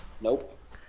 Nope